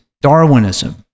darwinism